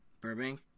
Burbank